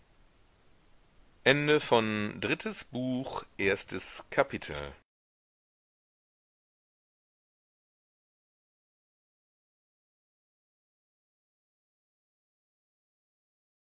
drittes buch erstes kapitel